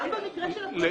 גם במקרה של הפרטית הוא